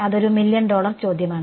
അതൊരു million dollar ചോദ്യമാണ്